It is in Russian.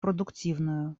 продуктивную